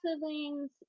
siblings